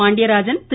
Pandiarajan Thiru